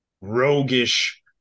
roguish